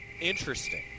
interesting